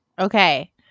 Okay